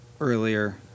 earlier